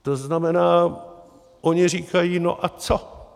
To znamená, oni říkají: No a co?